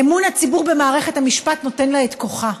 אמון הציבור במערכת המשפט נותן לה את כוחה,